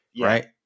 right